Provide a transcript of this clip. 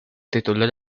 titular